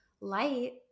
light